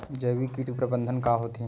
जैविक कीट प्रबंधन का होथे?